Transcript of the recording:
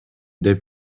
деп